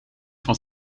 van